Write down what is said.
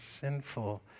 sinful